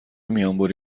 میانبری